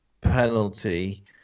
penalty